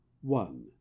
One